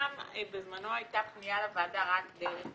בזמנו הייתה פנייה לוועדה רק דרך